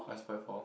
I spoiled four